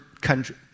country